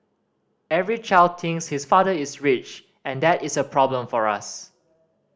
every child thinks his father is rich and that is a problem for us